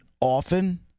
often